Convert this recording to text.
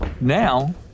Now